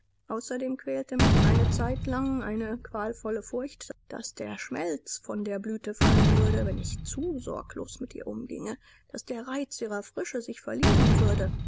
außerdem quälte mich eine zeit lang eine qualvolle furcht daß der schmelz von der blüte fallen würde wenn ich zu sorglos mit ihr umginge daß der süße reiz ihrer frische sich verlieren werde